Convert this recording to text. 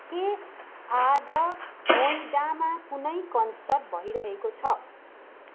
के आज नोइडामा कुनै कन्सर्ट भइरहेको छ